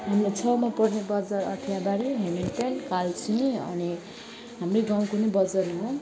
हाम्रो छेउमा पर्ने बजार अठियाबारी हेमिल्टन कालचिनी अनि हाम्रै गाउँको नै बजार हो